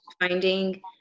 finding